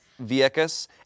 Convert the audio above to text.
Vieques